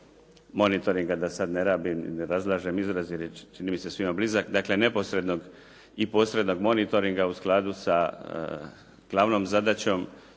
da sada ne rabim i ne razlažem jer izraz je čini mi se svima blizak, dakle neposrednog i posrednog monitoringa u skladu sa glavnom zadaćom